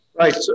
Right